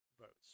votes